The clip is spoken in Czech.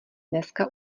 dneska